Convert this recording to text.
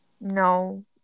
No